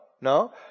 no